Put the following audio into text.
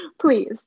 Please